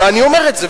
ואני אומר את זה,